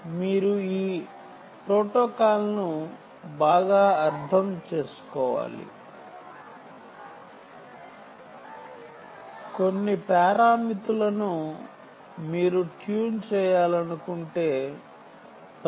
మనము ప్రదర్శన లో చూపిన విధంగా మీరు కొన్ని పారామితులను ట్యూన్ చేయాలనుకుంటే ఈ ప్రోటోకాల్ను మీరు బాగా అర్థం చేసుకోవాలి